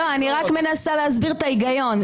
אני רק מנסה להסביר את ההיגיון.